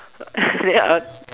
then uh